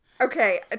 Okay